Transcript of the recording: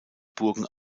burgen